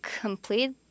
complete